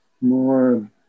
more